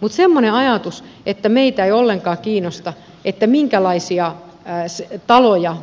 mutta semmoinen ajatus että meitä ei ollenkaan kiinnosta minkälaisia taloja